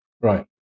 right